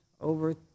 over